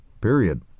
period